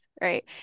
right